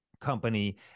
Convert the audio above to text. company